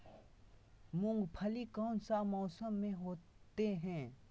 मूंगफली कौन सा मौसम में होते हैं?